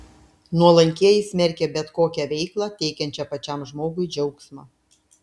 nuolankieji smerkė bet kokią veiklą teikiančią pačiam žmogui džiaugsmą